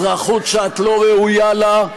אזרחות שאת לא ראויה לה,